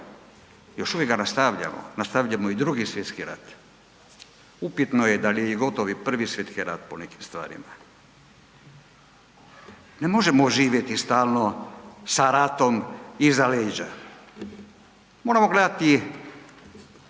Još uvijek ga nastavljamo, nastavljamo i Drugi svjetski rat, upitno je dal je gotov i Prvi svjetski rat po nekim stvarima. Ne možemo živjeti stalno sa ratom iza leđa, moramo gledati